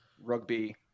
rugby